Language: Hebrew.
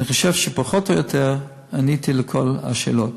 אני חושב שפחות או יותר עניתי לכל השאלות.